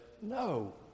no